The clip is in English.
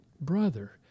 brother